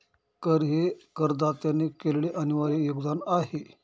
कर हे करदात्याने केलेले अनिर्वाय योगदान आहे